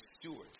stewards